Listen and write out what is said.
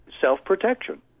self-protection